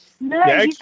No